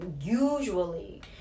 usually